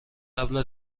قبل